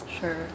Sure